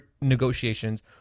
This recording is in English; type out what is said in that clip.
negotiations